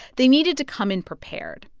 they needed to come in prepared.